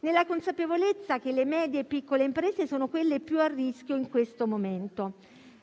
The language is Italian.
nella consapevolezza che le medie e piccole imprese sono quelle più a rischio in questo momento.